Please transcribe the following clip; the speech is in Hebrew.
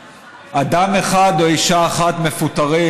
כשאדם אחד או אישה אחת מפוטרים,